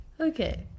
Okay